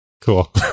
cool